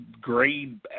grade